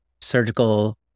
Surgical